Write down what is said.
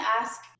ask